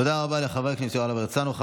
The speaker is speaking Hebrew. תודה רבה לחבר הכנסת יוראי להב הרצנו.